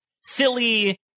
silly